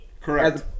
correct